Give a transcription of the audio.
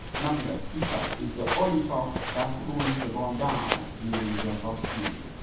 magnus effect is the only force that pulls the ball down during your topspin.